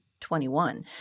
21